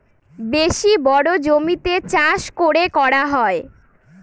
বেশি বড়ো জমিতে চাষ করে করা হয়